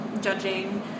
judging